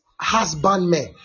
husbandmen